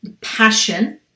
passion